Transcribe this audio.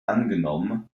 angenommen